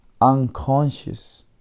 unconscious